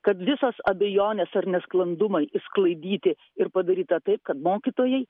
kad visos abejonės ar nesklandumai išsklaidyti ir padaryta taip kad mokytojai